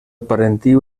parentiu